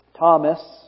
Thomas